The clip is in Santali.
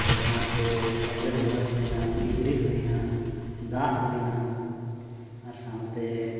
ᱟᱵᱚ ᱥᱟᱶᱛᱮ ᱦᱩᱭᱮᱱᱟ ᱠᱤᱪᱨᱤᱡ ᱦᱩᱭᱮᱱᱟ ᱫᱟᱜ ᱦᱩᱭᱮᱱᱟ ᱟᱨ ᱥᱟᱶᱛᱮ